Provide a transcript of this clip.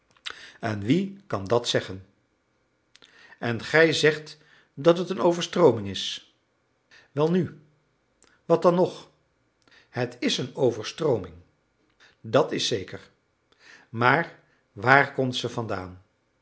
en wie kan dat zeggen en gij zegt dat het een overstrooming is welnu wat dan nog het is een overstrooming dat is zeker maar waar komt ze vandaan